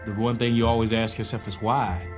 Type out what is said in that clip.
one thing you always ask yourself is why.